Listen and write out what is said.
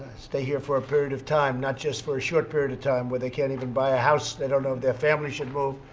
stay here for a period of time not just for a short period of time, where they can't even buy a house. they don't know if their family should move.